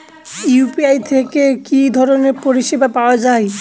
UPI থেকে কি ধরণের পরিষেবা পাওয়া য়ায়?